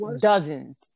Dozens